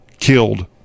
killed